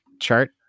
chart